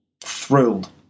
Thrilled